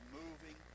moving